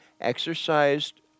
exercised